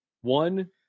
one